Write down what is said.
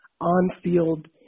on-field